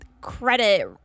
credit